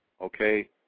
okay